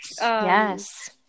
yes